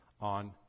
on